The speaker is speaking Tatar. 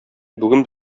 бүген